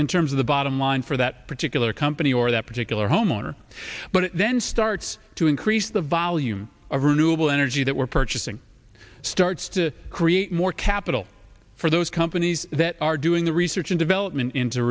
in terms of the bottom line for that particular company or that particular homeowner but then starts to increase the volume of renewable energy that we're purchasing starts to create more capital for those companies that are doing the research and development into